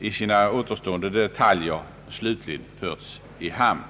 i sina återstående detaljer slutligt förts i hamn.